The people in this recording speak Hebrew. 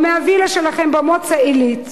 או מהווילה שלכם במוצא-עילית,